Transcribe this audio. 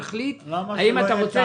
תחליט האם אתה רוצה שנאשר כך.